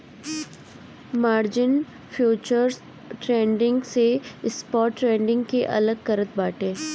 margin futures trading से spot trading के अलग करत बाटे